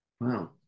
Wow